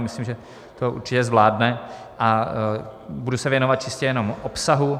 Myslím, že to určitě zvládne, a budu se věnovat čistě jenom obsahu.